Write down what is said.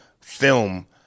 film